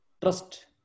Trust